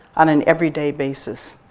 on an every day basis.